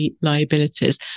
liabilities